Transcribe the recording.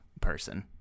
person